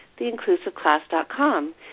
TheInclusiveClass.com